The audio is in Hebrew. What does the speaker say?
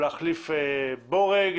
להחליף בורג,